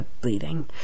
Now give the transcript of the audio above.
bleeding